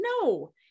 No